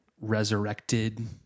resurrected